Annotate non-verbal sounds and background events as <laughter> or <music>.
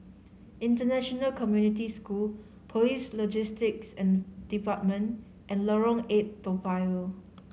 International Community School Police Logistics <hesitation> Department and Lorong Eight Toa Payoh